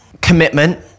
Commitment